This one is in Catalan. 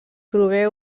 prové